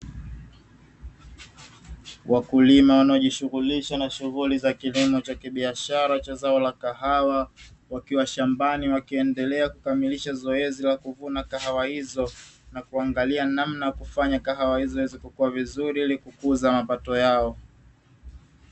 Wakulima wanaojishughulisha na kilimo cha kibiashara cha zao la kahawa, wakiwa shambani wakiendelea kukamilisha zoezi la kuvuna kahawa hizo, na kunagalia namna ya kufanya kahawa hizo ziweze kukua vizuri, ili ziweze kukuza mapato yao.